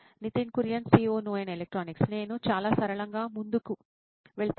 Nitin Kurian COO నోయిన్ electronics నేను చాలా సరళంగా ముందుకు వెళ్తాను